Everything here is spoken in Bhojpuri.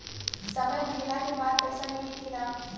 समय भइला के बाद पैसा मिली कि ना?